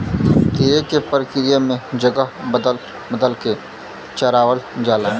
तरे के प्रक्रिया में जगह बदल बदल के चरावल जाला